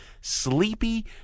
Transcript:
sleepy